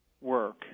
work